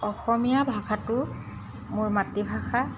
অসমীয়া ভাষাটো মোৰ মাতৃভাষা